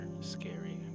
scary